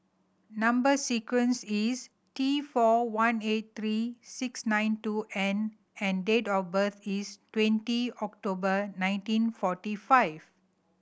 number sequence is T four one eight three six nine two N and date of birth is twenty October nineteen forty five